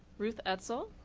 ruthetsel.